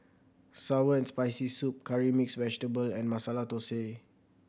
sour and Spicy Soup Curry Mixed Vegetable and Masala Thosai